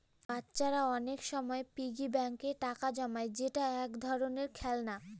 বাচ্চারা অনেক সময় পিগি ব্যাঙ্কে টাকা জমায় যেটা এক ধরনের খেলনা